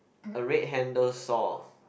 a red handle saw